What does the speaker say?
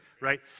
right